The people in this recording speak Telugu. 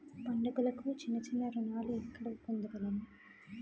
పండుగలకు చిన్న చిన్న రుణాలు ఎక్కడ పొందగలను?